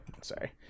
sorry